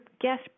guest